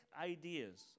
ideas